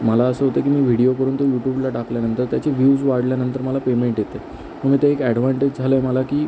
मला असं होतं की मी व्हिडिओ करून तो युटुबला टाकल्यानंतर त्याचे व्युज वाढल्यानंतर मला पेमेंट येते आणि तो एक ॲडवांटेज झाला आहे मला की